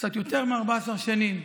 קצת יותר מ-14 שנים,